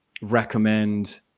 recommend